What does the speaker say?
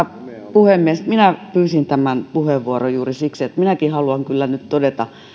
puhemies minä pyysin tämän puheenvuoron juuri siksi että minäkin haluan kyllä nyt todeta